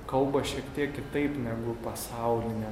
kalba šiek tiek kitaip negu pasaulinę